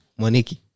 Moniki